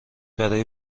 برا